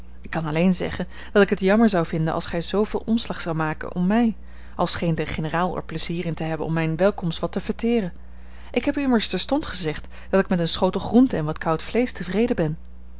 ik kan alleen zeggen dat ik het jammer zou vinden als gij zooveel omslag zoudt maken om mij al scheen de generaal er pleizier in te hebben om mijne welkomst wat te fêteeren ik heb u immers terstond gezegd dat ik met een schotel groente en wat koud vleesch tevreden ben